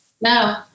No